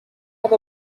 have